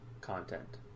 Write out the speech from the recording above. content